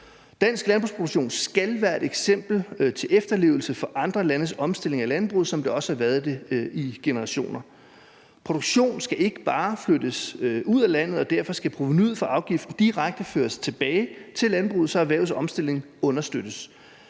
Dansk landbrugsproduktion skal være et eksempel til efterlevelse for andre landes omstilling af landbruget, som det også har været det i generationer. Produktion skal ikke bare flyttes ud af landet, og derfor skal provenuet fra afgiften føres direkte tilbage til landbruget, så erhvervets omstilling understøttes.